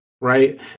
right